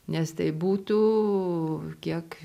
nes tai būtų kiek